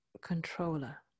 controller